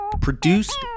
Produced